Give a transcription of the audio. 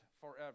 forever